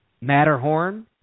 Matterhorn